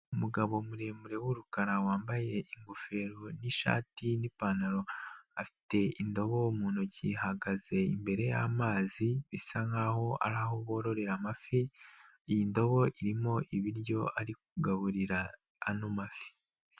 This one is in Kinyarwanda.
Umugabo muremure w'ururukara wambaye ingofero n'ishati n'ipantaro' afite indobo mu ntoki, ahagaze imbere y'amazi, bisa nk'aho ari aho bororera amafi, indobo irimo ibiryo ari kugaburira ano mafi.